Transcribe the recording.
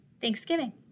thanksgiving